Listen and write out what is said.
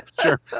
sure